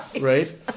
Right